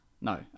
no